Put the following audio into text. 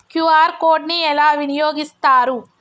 QR code ని ఎలా వినియోగిస్తారు?